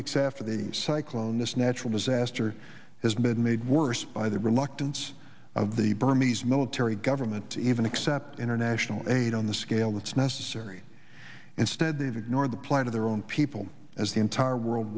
weeks after the cyclon this natural disaster has been made worse by the reluctance of the burmese military government to even accept international aid on the scale that's necessary instead they've ignored the plight of their own people as the entire world